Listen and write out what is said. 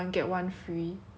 if there's like one thing that